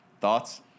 Thoughts